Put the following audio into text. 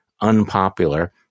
unpopular